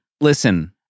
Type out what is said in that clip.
Listen